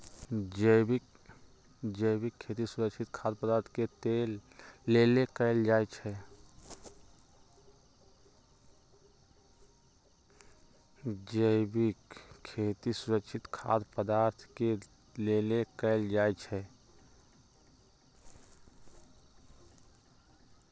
जैविक खेती सुरक्षित खाद्य पदार्थ के लेल कएल जाई छई